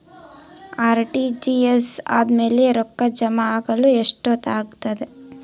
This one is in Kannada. ಆರ್.ಟಿ.ಜಿ.ಎಸ್ ಆದ್ಮೇಲೆ ರೊಕ್ಕ ಜಮಾ ಆಗಲು ಎಷ್ಟೊತ್ ಆಗತದ?